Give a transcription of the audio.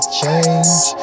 change